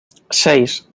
seis